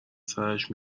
سرش